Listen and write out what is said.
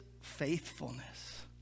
faithfulness